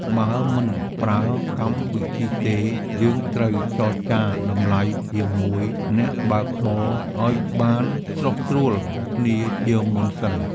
បើមិនប្រើកម្មវិធីទេ យើងត្រូវចរចាតម្លៃជាមួយអ្នកបើកបរឱ្យបានស្រុះស្រួលគ្នាជាមុនសិន។